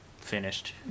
finished